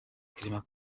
clement